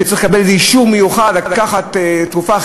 שצריך לקבל איזה אישור מיוחד כדי לקחת תרופה,